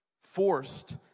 forced